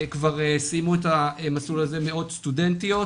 כבר סיימו את המסלול הזה מאות סטודנטיות.